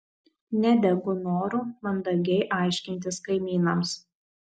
nedegu noru mandagiai aiškintis kaimynams